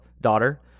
daughter